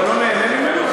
אתה לא נהנה ממנו?